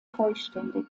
vollständig